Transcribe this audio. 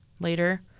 later